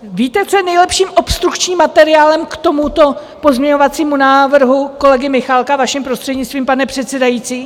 Víte, co je nejlepším obstrukčním materiálem k tomuto pozměňovacímu návrhu kolegy Michálka, vaším prostřednictvím, pane předsedající?